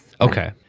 Okay